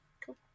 cool